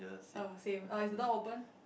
oh same uh is the door open